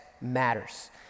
matters